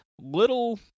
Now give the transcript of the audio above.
little